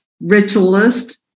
ritualist